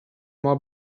more